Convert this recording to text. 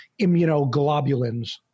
immunoglobulins